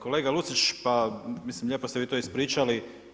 Kolega Lucić, pa mislim lijepo ste vi to ispričali.